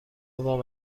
وام